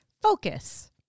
focus